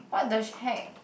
what the heck